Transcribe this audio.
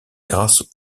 grâce